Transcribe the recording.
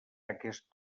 aquest